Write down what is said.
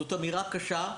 זוהי אמירה קשה,